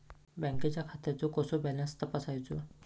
बँकेच्या खात्याचो कसो बॅलन्स तपासायचो?